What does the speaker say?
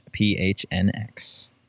phnx